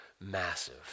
massive